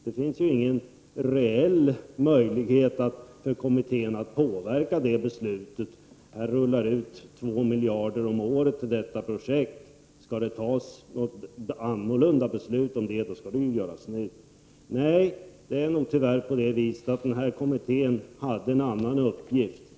Det finns ingen reell möjlighet för kommittén att påverka det beslutet. Det rullar ut två miljarder om året till detta projekt. Skall det fattas något annat beslut, skall det göras nu. Nej, det är nog så att denna kommitté hade en annan uppgift.